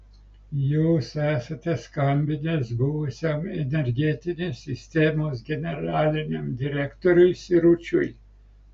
jūs esate skambinęs buvusiam energetinės sistemos generaliniam direktoriui siručiui